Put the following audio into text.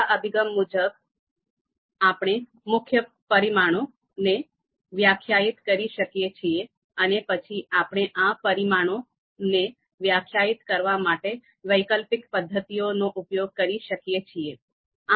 બીજા અભિગમ મુજબ આપણે મુખ્ય પરિમાણોને વ્યાખ્યાયિત કરી શકીએ છીએ અને પછી આપણે આ પરિમાણોને વ્યાખ્યાયિત કરવા માટે વૈકલ્પિક પદ્ધતિઓનો ઉપયોગ કરી શકીએ છીએ